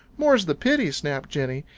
more's the pity! snapped jenny.